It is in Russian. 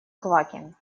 квакин